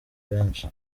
benshi